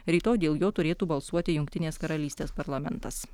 rytoj dėl jo turėtų balsuoti jungtinės karalystės parlamentas